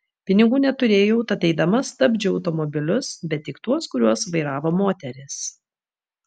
pinigų neturėjau tad eidama stabdžiau automobilius bet tik tuos kuriuos vairavo moterys